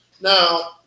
Now